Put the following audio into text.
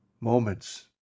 moments